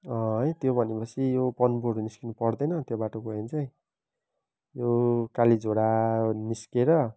है त्यो भनेपछि यो पन्बूबाट निस्किनु पर्दैन त्यो बाटो गयो भने चाहिँ यो कालीझोडा निस्किएर